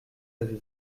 avez